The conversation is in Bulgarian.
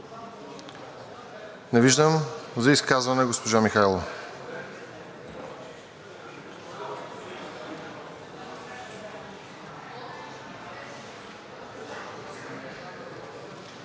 Не виждам. За изказване – госпожа Михайлова.